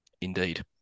Indeed